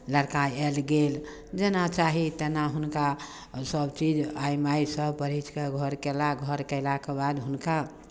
लड़का आयल गेल जेना चाही तेना हुनका सभचीज आय माय सभ परछि कऽ घर कयला घर कयलाके बाद हुनका